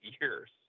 years